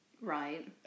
Right